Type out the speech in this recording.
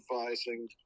advising